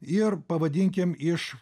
ir pavadinkim iš